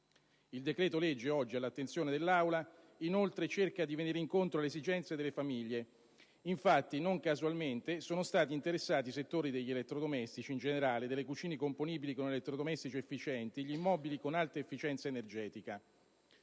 II decreto-legge oggi all'attenzione dell'Aula, inoltre, cerca di venire incontro alle esigenze delle famiglie. Infatti, non casualmente, sono stati interessati i settori degli elettrodomestici in generale, delle cucine componibili con elettrodomestici efficienti, gli immobili con alta efficienza energetica.